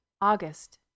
August